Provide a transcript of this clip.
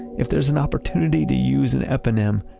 if there's an opportunity to use an eponym,